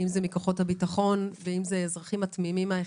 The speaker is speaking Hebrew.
אם כוחות הביטחון או אזרחים תמימים.